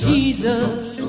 Jesus